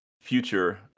future